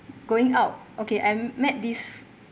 going out okay I met this